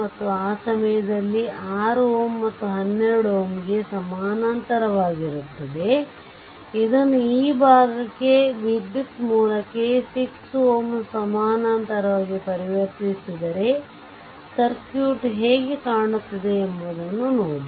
ಮತ್ತು ಆ ಸಮಯದಲ್ಲಿ ಈ 6 Ω ಮತ್ತು 12 Ω ಗೆ ಸಮಾನಾಂತರವಾಗಿರುತ್ತದೆ ಇದನ್ನು ಈ ಭಾಗಕ್ಕೆ ವಿದ್ಯುತ್ ಮೂಲಕ್ಕೆ ಮತ್ತು 6 Ω ಸಮಾನಾಂತರವಾಗಿ ಪರಿವರ್ತಿಸಿದರೆ ಸರ್ಕ್ಯೂಟ್ ಹೇಗೆ ಕಾಣುತ್ತದೆ ಎಂಬುದನ್ನು ನೋಡಿ